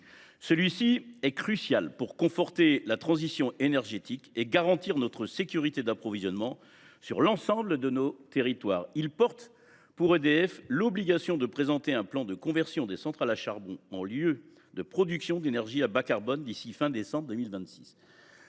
article est crucial pour conforter la transition énergétique et garantir la sécurité de l’approvisionnement de l’ensemble de nos territoires. Il impose à EDF de présenter un plan de conversion des centrales à charbon en lieux de production d’énergie à bas carbone d’ici à la fin